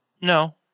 no